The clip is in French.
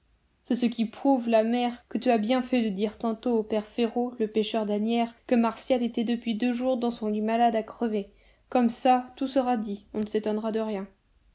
c'est ce qui prouve la mère que tu as bien fait de dire tantôt au père férot le pêcheur d'asnières que martial était depuis deux jours dans son lit malade à crever comme ça quand tout sera dit on ne s'étonnera de rien